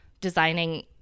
designing